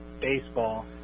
baseball